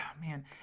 Man